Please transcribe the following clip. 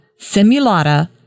Simulata